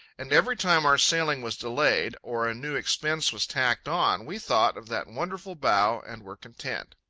and every time our sailing was delayed, or a new expense was tacked on, we thought of that wonderful bow and were content.